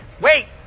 Wait